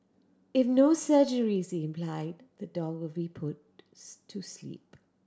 if no surgery is implied the dog will be put to sleep